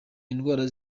indwara